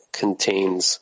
contains